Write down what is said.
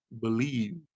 believe